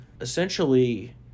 essentially